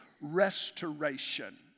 restoration